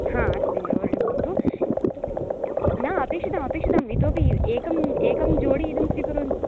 आम् अस्मिन्नेव वर्णे भवतु न अपेक्षितं अपेक्षितं इतोऽपि एकं एकं जोडि इदं स्वीकुर्वन्